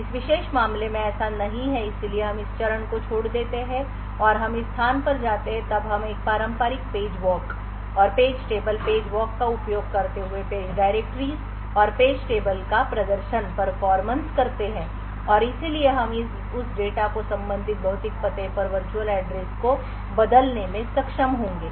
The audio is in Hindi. इस विशेष मामले में ऐसा नहीं है इसलिए हम इस चरण को छोड़ देते हैं और हम इस स्थान पर जाते हैं तब हम एक पारंपरिक पेज वॉक और पेज टेबल पेज वॉक का उपयोग करते हुए पेज डाइरेक्टरीज़ और पेज टेबल का प्रदर्शन करते हैं और इसलिए हम उस डेटा को संबंधित भौतिक पते पर वर्चुअल एड्रेस को बदलने में सक्षम होंगे